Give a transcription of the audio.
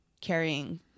carrying